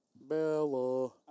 Bella